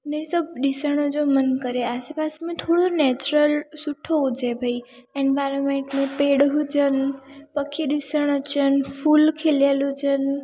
न सभु ॾिसण जो मनु करे आसे पासे में थोरो नैचुरल सुठो हुजे भई एनवायरमेंट में पेड़ हुजनि पखी ॾिसण अचनि फूल ख़िलियलु हुजनि